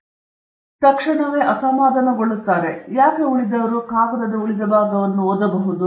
ನಾನು ಅದನ್ನು ತಕ್ಷಣವೇ ಕೊಟ್ಟರೆ ಯಾಕೆ ಉಳಿದವರು ಕಾಗದದ ಉಳಿದ ಭಾಗವನ್ನು ಓದಬಹುದು